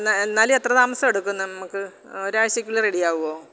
എന്നാലും എത്ര താമസം എടുക്കും നമ്മള്ക്ക് ഒരാഴ്ചയ്ക്കുള്ളില് റെഡിയാവുമോ